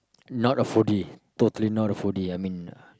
not a foodie totally not a foodie I mean